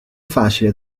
facile